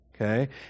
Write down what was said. okay